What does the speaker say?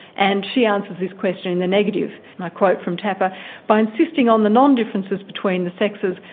and she answers this question in the negative, and i quote from tapper by insisting on the non-differences between the sexes,